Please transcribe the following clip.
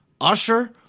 Usher